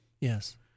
Yes